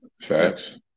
Facts